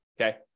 okay